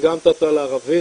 שתרגמת אותה לערבית,